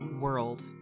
world